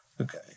Okay